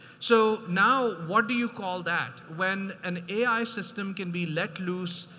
so now what do you call that when an a i system can be let loose?